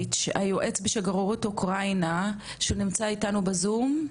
היועץ בשגרירות אוקראינה שנמצא איתנו בזום.